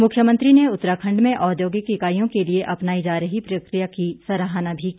मुख्यमंत्री ने उत्तराखण्ड में औद्योगिक इकाइयों के लिए अपनाई जा रही प्रक्रिया की सराहना भी की